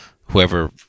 whoever